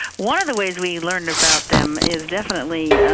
one of the ways we learn about them is definitely,